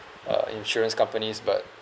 uh insurance companies but